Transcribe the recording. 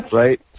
right